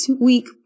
week